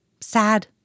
sad